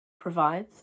provides